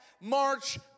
March